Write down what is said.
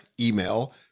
email